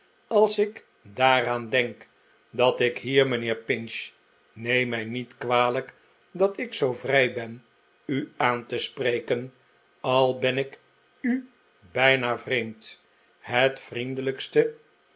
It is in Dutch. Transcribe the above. als ik daaraan denk dat ik hier mijnheer pinch neem mij niet kwalijk dat ik zoo vrij ben u aan te spreken al ben ik u bijna vreemd het vriendelijkste